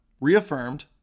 reaffirmed